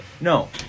no